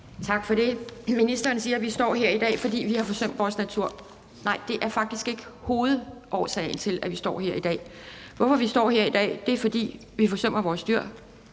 Tak for det. Ministeren siger, at vi står her i dag, fordi vi har forsømt vores natur. Nej, det er faktisk ikke hovedårsagen til, at vi står her i dag. Hvorfor vi står her i dag, er, fordi vi forsømmer vores dyr,